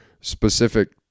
specific